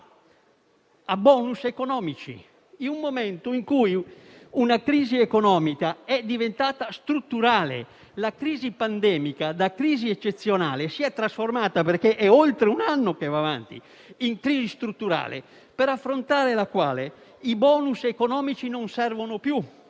*bonus* economici nel momento in cui la crisi economica è diventata strutturale: la crisi pandemica da crisi eccezionale si è trasformata - è oltre un anno che va avanti - in crisi strutturale. Per affrontarla i *bonus* economici non servono più;